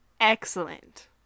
excellent